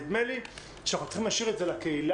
נדמה לי שאנחנו צריכים להשאיר את זה לקהילה,